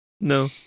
No